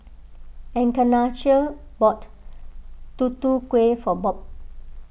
Encarnacion bought Tutu Kueh for Bob